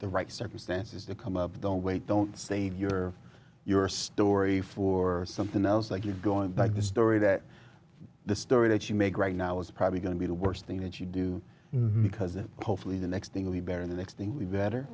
the right circumstances that come up don't wait don't say you're your story for something else like you're going by the story that the story that you make right now is probably going to be the worst thing that you do because it hopefully the next thing will be better in the next thing the better